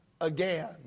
again